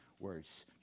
words